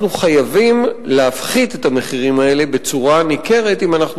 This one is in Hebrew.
אנחנו חייבים להפחית את המחירים האלה בצורה ניכרת אם אנחנו